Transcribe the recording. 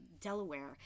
Delaware